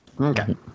Okay